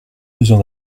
besoin